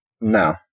No